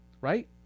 Right